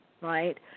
right